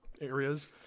areas